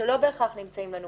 הם לא בהכרח נמצאים בתוספות.